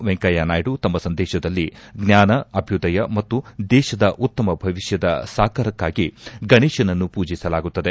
ವೆಂಕಯ್ಲನಾಯ್ದು ತಮ್ಮ ಸಂದೇತದಲ್ಲಿ ಜ್ವಾನ ಅಭ್ಯದಯ ಮತ್ತು ದೇಶದ ಉತ್ತಮ ಭವಿಷ್ಣದ ಸಾಕಾರಕ್ಕಾಗಿ ಗಣೇಶನನ್ನು ಪೂಜಿಸಲಾಗುತ್ತದೆ